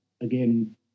again